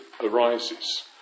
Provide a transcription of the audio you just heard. arises